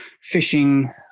fishing